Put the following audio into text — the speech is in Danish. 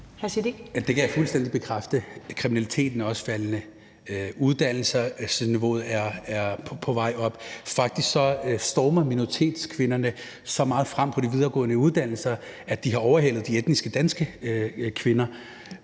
Det kan jeg fuldstændig bekræfte. Kriminaliteten er også faldende, og uddannelsesniveauet er på vej op. Faktisk stormer minoritetskvinderne så meget frem på de videregående uddannelser, at de har overhalet de etniske danske kvinder.